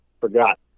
forgot